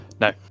No